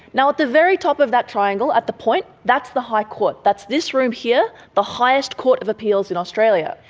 at the very top of that triangle, at the point, that's the high court, that's this room here, the highest court of appeals in australia.